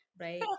Right